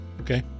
Okay